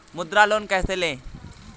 मुद्रा लोन कैसे ले?